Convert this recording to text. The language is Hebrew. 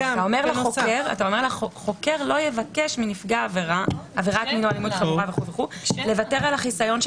אתה אומר שחוקר לא יבקש מנפגע העבירה לוותר על החיסיון של